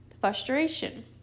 frustration